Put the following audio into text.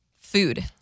Food